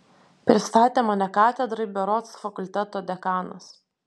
pristatė mane katedrai berods fakulteto dekanas